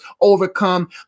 overcome